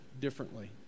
differently